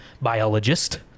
biologist